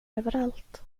överallt